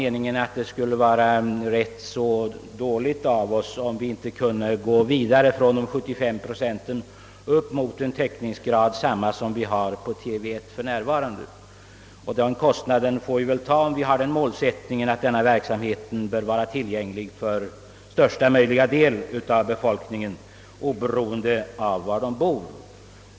Jag anser att det skulle vara ganska dåligt, om vi inte kunde gå vidare från de 75 procenten mot samma täckningsgrad som vi för närvarande har beträffande TV 1. Den kostnaden får vi väl bära, om vi har målsättningen att denna verksamhet bör vara tillgänglig för största möjliga del av befolkningen oberoende av bostadsplats.